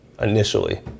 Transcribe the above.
initially